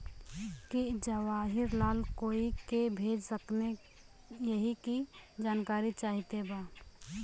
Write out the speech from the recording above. की जवाहिर लाल कोई के भेज सकने यही की जानकारी चाहते बा?